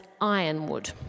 ironwood